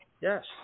Yes